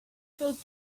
felt